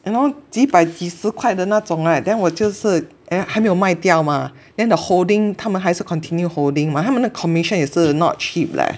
and all 几百几十块的那种 right then 我就是 then 还没有卖掉嘛 then the holding 他们还是 continue holding mah 他们的 commission 也是 not cheap leh